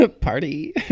party